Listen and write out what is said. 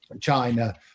China